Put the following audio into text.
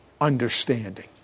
understanding